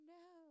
no